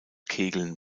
kegeln